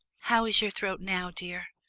how is your throat now, dear?